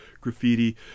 graffiti